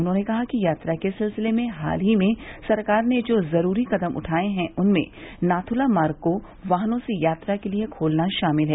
उन्होंने कहा कि यात्रा के सिलसिले में हाल ही में सरकार ने जो जुरूरी कदम उठाये हैं उनमें नाथ्ला मार्ग को वाहनों से यात्रा के लिये खोलना शामिल है